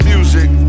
Music